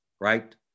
right